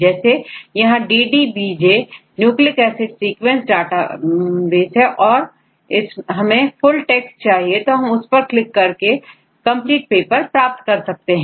जैसे यहांDDBJ nucleic ' acid sequence database है और हमें फुल टेक्स्ट चाहिए तो हम इस पर क्लिक कर कंप्लीट पेपर प्राप्त कर सकते हैं